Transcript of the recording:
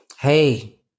Hey